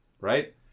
right